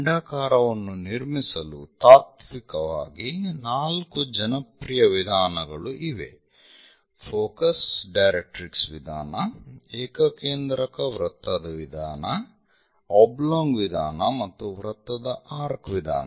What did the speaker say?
ಅಂಡಾಕಾರವನ್ನು ನಿರ್ಮಿಸಲು ತಾತ್ವಿಕವಾಗಿ ನಾಲ್ಕು ಜನಪ್ರಿಯ ವಿಧಾನಗಳು ಇವೆ ಫೋಕಸ್ ಡೈರೆಟ್ರಿಕ್ಸ್ ವಿಧಾನ ಏಕಕೇಂದ್ರಕ ವೃತ್ತದ ವಿಧಾನ ಒಬ್ಲೊಂಗ್ ವಿಧಾನ ಮತ್ತು ವೃತ್ತದ ಆರ್ಕ್ ವಿಧಾನ